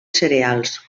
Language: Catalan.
cereals